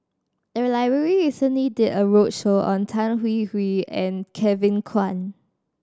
the library recently did a roadshow on Tan Hwee Hwee and Kevin Kwan